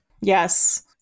Yes